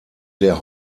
der